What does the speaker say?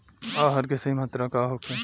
आहार के सही मात्रा का होखे?